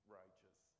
righteous